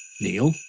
Neil